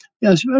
yes